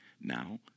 Now